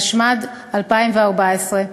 התשע"ד 2014,